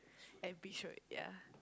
at Beach road ya